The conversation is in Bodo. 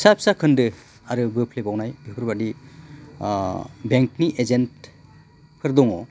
फिसा फिसा खोनदो आरो बोफ्लेबावनाय बेफोरबादि बेंकनि एजेन्थफोर दङ